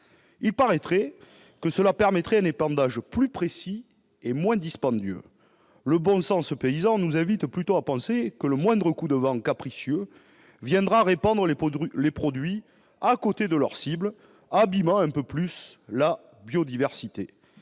Il paraît que cela permettrait un épandage plus précis et moins dispendieux. Le bon sens paysan nous invite plutôt à penser que le moindre coup de vent capricieux viendra répandre les produits à côté de leur cible, abîmant un peu plus la biodiversité.